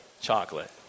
chocolate